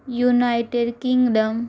United Kingdom